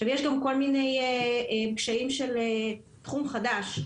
עכשיו, יש גם כל מיני קשיים של תחום חדש.